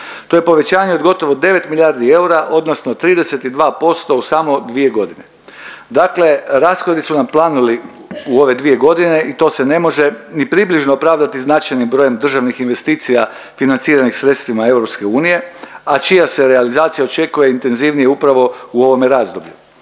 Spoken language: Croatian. To je povećanje od gotovo 9 milijardi eura odnosno 32% u samo 2 godine. Dakle, rashodi su nam planuli u ove dvije godine i to se ne može ni približno pravdati značajnim brojem državnih investicija financiranih sredstvima EU, a čija se realizacija očekuje intenzivnije upravo u ovome razdoblju.